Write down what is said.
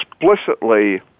explicitly